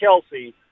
Kelsey